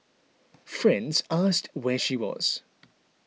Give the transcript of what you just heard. friends asked where she was